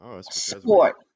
sport